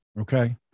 okay